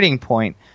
point